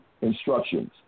instructions